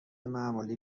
معمولی